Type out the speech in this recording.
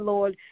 Lord